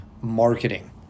marketing